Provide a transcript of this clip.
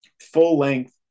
full-length